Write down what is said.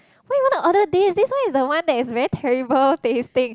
why you want to order this this one is the one that is very terrible tasting